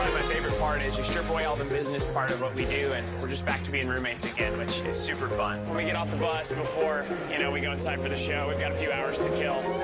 favorite part is you strip away all the business part of what we do and we're just back to being roommates again, which is super fun. when we get off the bus and before you know we go inside for the show, we've got a few hours to kill.